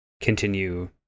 continue